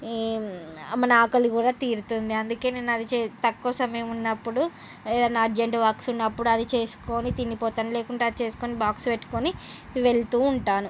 మన ఆకలి కూడా తీరుతుంది అందుకే నేను అది చేసి తక్కువ సమయం ఉన్నప్పుడు ఏదైనా అర్జెంటు వర్క్స్ ఉన్నప్పుడు అది చేసుకొని తిని పోతాను లేకుంటే అది చేసుకొని బాక్స్ పెట్టుకొని వెళ్తూ ఉంటాను